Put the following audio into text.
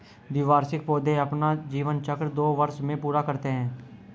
द्विवार्षिक पौधे अपना जीवन चक्र दो वर्ष में पूरा करते है